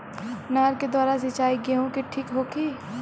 नहर के द्वारा सिंचाई गेहूँ के ठीक होखि?